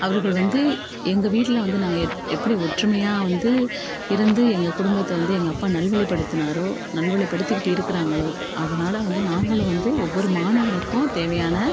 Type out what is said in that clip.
அவர்கள் வந்து எங்கள் வீட்டில் வந்து நாங்கள் எப்படி ஒற்றுமையாக வந்து இருந்து எங்கள் குடும்பத்தை வந்து எங்கள் அப்பா நல்வழிப்படுத்துனாரோ நல்வழிப்படுத்திக்கிட்டு இருக்கிறாங்களோ அதனால வந்து நாமளும் வந்து ஒவ்வொரு மாணவனுக்கும் தேவையான